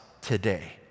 today